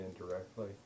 indirectly